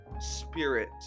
Spirit